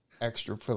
extra